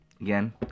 again